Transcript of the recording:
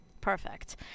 Perfect